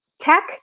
Tech